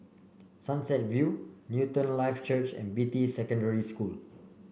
Sunset View Newton Life Church and Beatty Secondary School